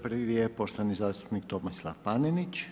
Prvi je poštovani zastupnik Tomislav Panenić.